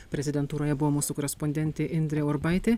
prezidentūroje buvo mūsų korespondentė indrė urbaitė